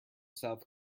south